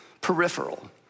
peripheral